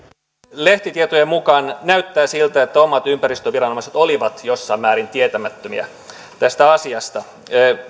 lehtitietojen mukaan näyttää siltä että omat ympäristöviranomaiset olivat jossain määrin tietämättömiä tästä asiasta